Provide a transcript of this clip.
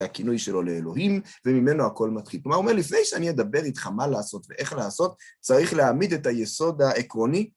הכינוי שלו לאלוהים, וממנו הכל מתחיל. כלומר, הוא אומר, לפני שאני אדבר איתך מה לעשות ואיך לעשות, צריך להעמיד את היסוד העקרוני.